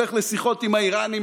הולך לשיחות עם האיראנים,